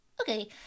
Okay